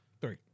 Three